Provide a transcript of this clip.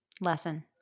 Lesson